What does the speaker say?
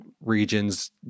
regions